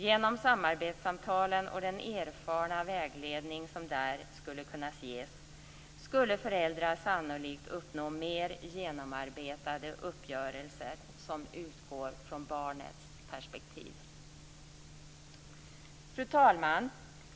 Genom samarbetssamtalen och den erfarna vägledning som där skulle kunna ges skulle föräldrar sannolikt uppnå mer genomarbetade uppgörelser som utgår från barnets perspektiv. Fru talman!